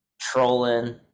Trolling